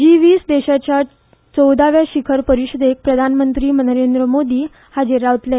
जी twenty देशाच्या चौदाव्या शिखर परीषदेक प्रधानमंत्री नरेंद्र मोदी हाजीर रावतले